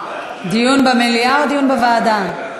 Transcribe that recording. דיון במליאה או דיון בוועדה?